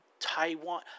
Taiwan